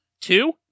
Two